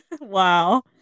wow